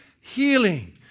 healing